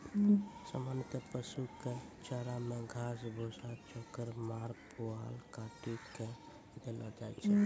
सामान्यतया पशु कॅ चारा मॅ घास, भूसा, चोकर, माड़, पुआल काटी कॅ देलो जाय छै